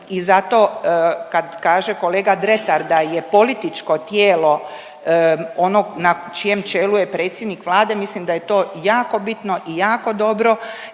i zato, kad kaže kolega Dretar da je političko tijelo ono na čijem čelu je predsjednik Vlade, mislim da je to jako bitno i jako dobro